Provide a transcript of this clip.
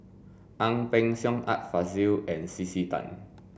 Ang Peng Siong Art Fazil and C C Tan